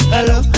Hello